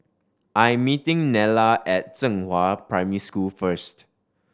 I am meeting Nella at Zhenghua Primary School first